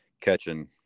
catching